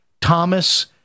Thomas